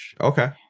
Okay